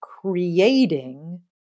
creating